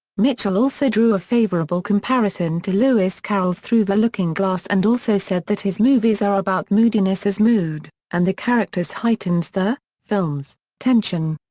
mitchell also drew a favorable comparison to lewis carroll's through the looking-glass and also said that his movies are about moodiness as mood and the characters heightens the so tension.